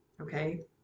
Okay